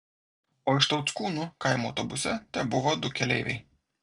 o iš tauckūnų kaimo autobuse tebuvo du keleiviai